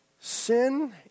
Sin